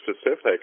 specific